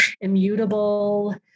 Immutable